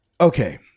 Okay